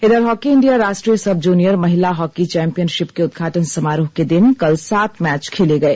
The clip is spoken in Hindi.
इधर हॉकी इंडिया राष्ट्रीय सब जूनियर महिला हॉकी चौंपियनशिप के उद्घाटन समारोह के दिन कल सात मैच खेले गए